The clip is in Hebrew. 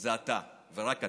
זה אתה ורק אתה.